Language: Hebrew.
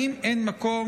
האם אין מקום,